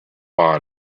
body